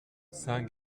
saint